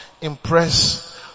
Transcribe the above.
impress